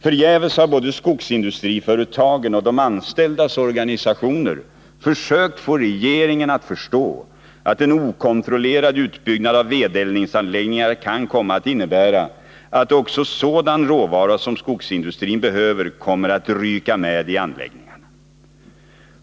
Förgäves har både skogsindustriföretagen och de anställdas organisationer försökt få regeringen att förstå att en okontrollerad utbyggnad av vedeldningsanläggningar kan komma att innebära att också sådan råvara som skogsindustrin behöver kommer att ryka med i anläggningarna.